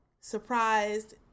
surprised